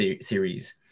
series